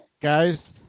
Guys